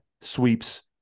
sweeps